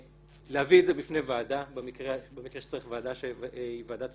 להביא את זה בפני ועדה במקרה שצריך ועדת מינויים